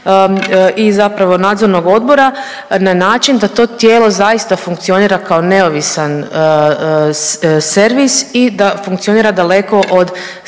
i zapravo nadzornog odbora na način da to tijelo zaista funkcionira kao neovisan servis i da funkcionira daleko od